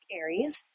Aries